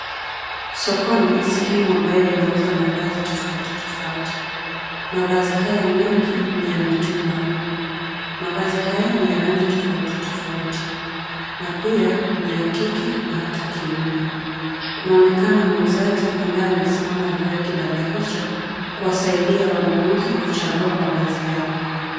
Sokoni sehemu ambayo inauza mavazi tofauti taofauti. Mavazi haya mengi ni ya mitumba. Mavazi haya ni ya rangi tofauti tofauti na pia ni ya kike na hata kiume. Kunaonekana muuzaji ambaye amesimama juu ya kibanda hicho, kuwasaidia wanunuzi kuchagua mavazi yao.